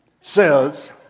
says